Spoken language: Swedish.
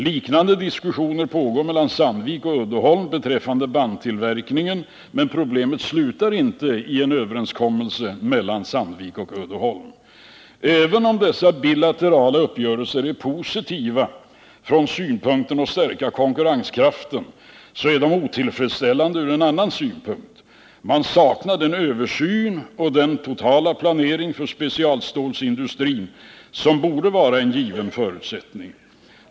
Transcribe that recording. Liknande diskussioner pågår mellan Sandvik och Uddeholm beträffande bandtillverkningen. Men problemet upphör inte genom en överenskommelse mellan Sandvik och Uddeholm. Även om dessa bilaterala uppgörelser är positiva från synpunkten att de stärker konkurrensen, är de otillfredsställande från en annan synpunkt. Man saknar den översyn och totala planering för specialstålindustrin som borde vara en given förutsättning.